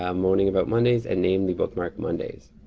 um moaning about monday's, and name the bookmark monday's.